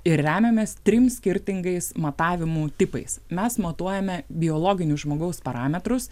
ir remiamės trim skirtingais matavimų tipais mes matuojame biologinius žmogaus parametrus